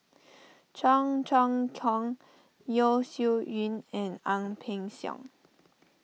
Cheong Choong Kong Yeo Shih Yun and Ang Peng Siong